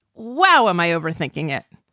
wow. am i overthinking it?